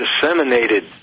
disseminated